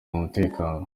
umutekano